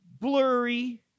Blurry